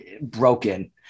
broken